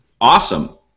Awesome